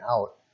out